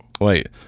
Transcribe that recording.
Wait